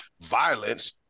violence